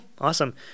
Awesome